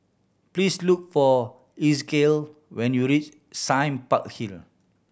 please look for Ezekiel when you reach Sime Park Hill